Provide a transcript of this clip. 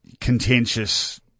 contentious